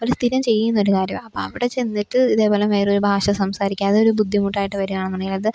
അവർ സ്ഥിരം ചെയ്യുന്നൊരു കാര്യമാ അപ്പം അവിടെ ചെന്നിട്ട് ഇതേപോലെ വേറൊരു ഭാഷ സംസാരിക്കുക അതൊരു ബുദ്ധിമുട്ടായിട്ട് വരുകയാണെന്നുണ്ടെങ്കിലത്